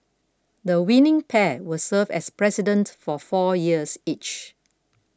the winning pair will serve as President for four years each